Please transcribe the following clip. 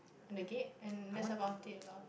and the gate and that's about it loh